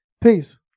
Peace